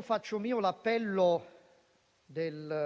Faccio mio l'appello di